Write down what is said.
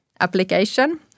application